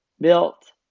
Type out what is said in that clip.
built